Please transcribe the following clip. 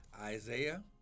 Isaiah